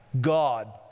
God